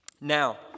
Now